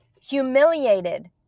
humiliated